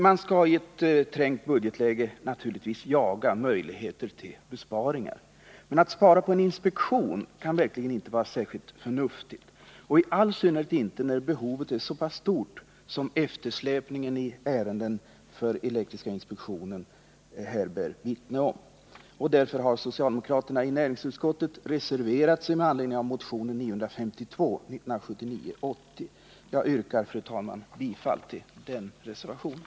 Man skall i ett trängt budgetläge naturligtvis jaga möjligheter till besparingar. Men att spara genom att avstå från inspektioner kan verkligen inte vara förnuftigt, i all synnerhet inte när behovet därav är så stort, något som eftersläpningen i ärenden för elektriska inspektionen bär vittne om. Därför har socialdemokraterna i näringsutskottet reserverat sig med anledning av motionen 952. Fru talman! Jag yrkar bifall reservationen.